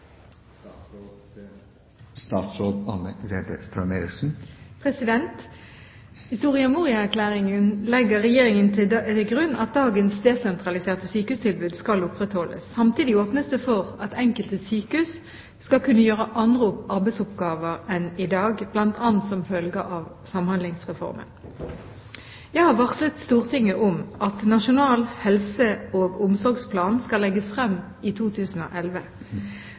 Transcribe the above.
legger Regjeringen til grunn at dagens desentraliserte sykehustilbud skal opprettholdes. Samtidig åpnes det for at enkelte sykehus skal kunne gjøre andre arbeidsoppgaver enn i dag, bl.a. som følge av Samhandlingsreformen. Jeg har varslet Stortinget om at Nasjonal helse- og omsorgsplan skal legges frem i 2011.